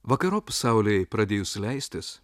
vakarop saulei pradėjus leistis